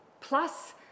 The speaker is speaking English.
plus